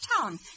town